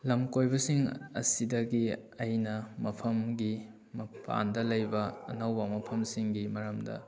ꯂꯝ ꯀꯣꯏꯕꯁꯤꯡ ꯑꯁꯤꯗꯒꯤ ꯑꯩꯅ ꯃꯐꯝꯒꯤ ꯃꯄꯥꯟꯗ ꯂꯩꯕ ꯑꯅꯧꯕ ꯃꯐꯝꯁꯤꯡꯒꯤ ꯃꯔꯝꯗ